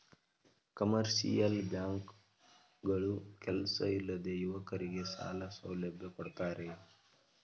commercial bank ಗಳು ಕೆಲ್ಸ ಇಲ್ಲದ ಯುವಕರಗೆ ಸಾಲ ಸೌಲಭ್ಯ ಕೊಡ್ತಾರೆ